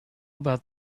about